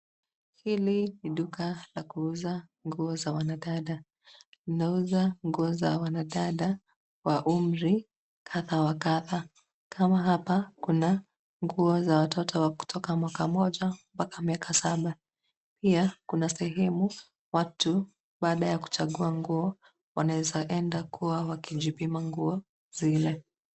Hili ni duka la kuuza nguo za wanadada, inauza nguo za wanadada wa umri kadha wa kadha. Kama hapa, kuna nguo za watoto wa kutoka mwaka moja mpaka miaka saba. Pia kuna sehemu watu, baada ya kuchagua nguo, wanaeza enda kuwa wakijipima nguo zile.